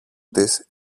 της